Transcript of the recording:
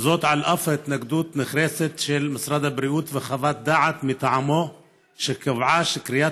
על אף ההתנגדות הנחרצת של משרד הבריאות וחוות דעת מטעמו שקבעה שכריית